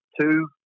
two